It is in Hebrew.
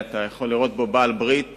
ואתה יכול לראות בו בעל-ברית